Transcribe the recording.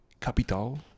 capital